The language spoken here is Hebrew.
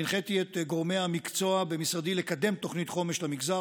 הנחיתי את גורמי המקצוע במשרדי לקדם תוכנית חומש למגזר